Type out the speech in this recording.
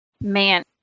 Man